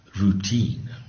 routine